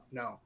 no